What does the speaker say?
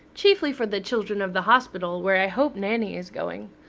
chiefly for the children of the hospital where i hope nanny is going.